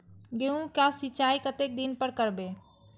गेहूं का सीचाई कतेक दिन पर करबे?